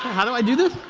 how do i do this?